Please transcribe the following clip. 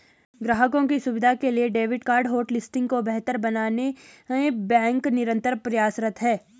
ग्राहकों की सुविधा के लिए डेबिट कार्ड होटलिस्टिंग को बेहतर बनाने बैंक निरंतर प्रयासरत है